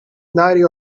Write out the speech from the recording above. ninety